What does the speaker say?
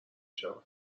شود